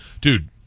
dude